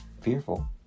fearful